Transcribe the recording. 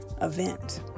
event